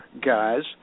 guys